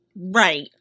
Right